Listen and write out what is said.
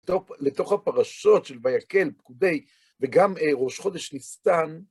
לתוך הפרשות של ויקהל, פקודי, וגם ראש חודש ניסן.